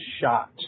shot